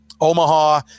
Omaha